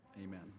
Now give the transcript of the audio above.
Amen